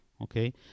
Okay